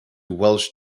welsh